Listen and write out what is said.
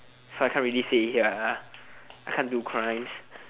so I can't really say it here I can't do crimes